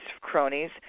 cronies